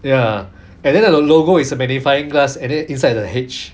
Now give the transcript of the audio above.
ya and then the logo is a magnifying glass and then inside the H